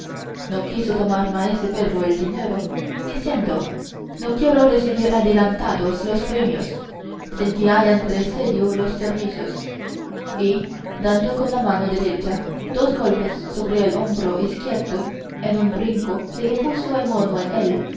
no quiso tomar maese pedro el dinero diciendo no quiero recebir adelantados los premios sin que hayan precedido los servicios y dando con la mano derecha dos golpes sobre el hombro izquierdo en un brinco se le puso el mono en él